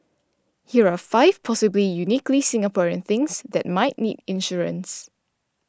here are five possible uniquely Singaporean things that might need insurance